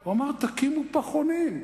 הוא אמר: תקימו פחונים.